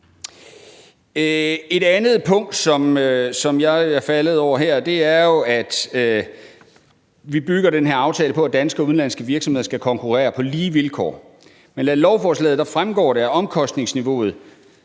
Et andet punkt, som jeg er faldet over, er jo, at vi bygger den her aftale på, at danske og udenlandske virksomheder skal konkurrere på lige vilkår, men af lovforslaget fremgår det, at omkostningsniveauet